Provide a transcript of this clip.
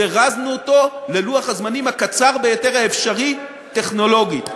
זירזנו אותו ללוח הזמנים הקצר ביותר האפשרי טכנולוגית.